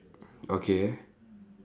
okay